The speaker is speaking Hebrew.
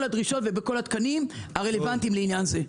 הדרישות וכל התקנים שרלוונטיים לעניין זה.